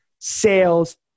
sales